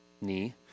knee